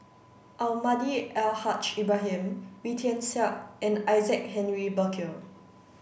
Almahdi Al Haj Ibrahim Wee Tian Siak and Isaac Henry Burkill